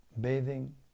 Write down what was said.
bathing